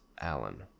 allen